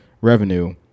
revenue